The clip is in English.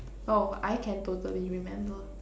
oh I can totally remember